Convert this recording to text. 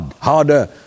harder